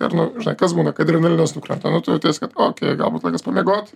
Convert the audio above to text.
ir nu žinai kas būna kai adrenalinas nukrenta nu tu jauties kad okei galbūt laikas pamiegot